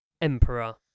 emperor